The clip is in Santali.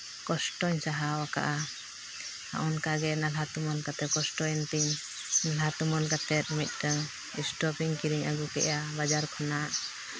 ᱠᱚᱥᱴᱚᱧ ᱥᱟᱦᱟᱣ ᱠᱟᱜᱼᱟ ᱚᱱᱠᱟᱜᱮ ᱱᱟᱞᱦᱟ ᱛᱩᱢᱟᱹᱞ ᱠᱟᱛᱮ ᱠᱚᱥᱴᱚᱭᱮᱱ ᱛᱤᱧ ᱱᱟᱞᱦᱟ ᱛᱩᱢᱟᱹᱞ ᱠᱟᱛᱮᱫ ᱢᱤᱫᱴᱟᱹᱝ ᱥᱴᱳᱵᱷ ᱤᱧ ᱠᱤᱨᱤᱧ ᱟᱹᱜᱩ ᱠᱮᱫᱼᱟ ᱵᱟᱡᱟᱨ ᱠᱷᱚᱱᱟᱜ